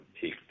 peak